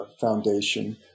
foundation